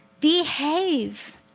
behave